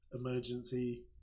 emergency